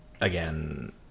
Again